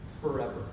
forever